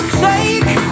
take